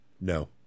No